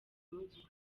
umujyi